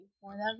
Whenever